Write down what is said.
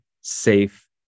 safe